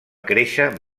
créixer